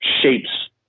shapes